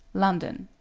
london.